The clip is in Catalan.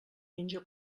menja